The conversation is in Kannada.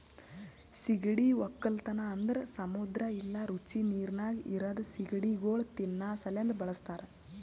ಸೀಗಡಿ ಒಕ್ಕಲತನ ಅಂದುರ್ ಸಮುದ್ರ ಇಲ್ಲಾ ರುಚಿ ನೀರಿನಾಗ್ ಇರದ್ ಸೀಗಡಿಗೊಳ್ ತಿನ್ನಾ ಸಲೆಂದ್ ಬಳಸ್ತಾರ್